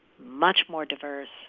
much more diverse,